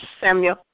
Samuel